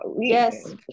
yes